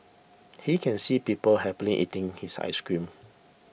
he can see people happily eating his ice cream